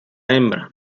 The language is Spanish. hembra